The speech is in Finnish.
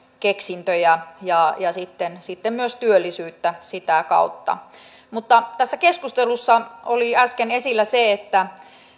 keksintöjä ja sitten sitten myös työllisyyttä sitä kautta tässä keskustelussa oli äsken esillä se että